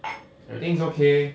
everything is okay